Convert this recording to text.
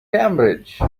cambridge